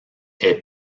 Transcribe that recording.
aient